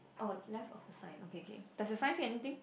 oh left of the sign okay okay does the sign say anything